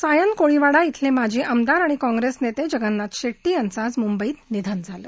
सायन कोळीवाडा इथलप्रिजी आमदार आणि काँग्रस्तानप्रिगन्नाथ शह्टीयांचं आज मुंबईत निधन झालं